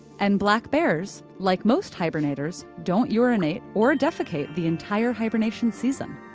and black bears, like most hibernators don't urinate or defecate the entire hibernation season.